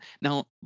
Now